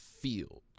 Field